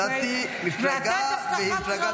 מצאתי מפלגה, והיא מפלגה